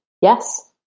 yes